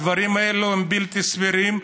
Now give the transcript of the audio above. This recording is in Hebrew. הדברים האלה הם בלתי סבירים,